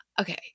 Okay